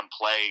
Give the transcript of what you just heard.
play